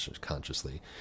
consciously